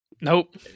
Nope